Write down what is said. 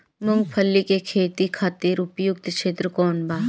मूँगफली के खेती खातिर उपयुक्त क्षेत्र कौन वा?